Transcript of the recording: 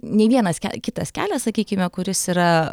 nei vienas kitas kelias sakykime kuris yra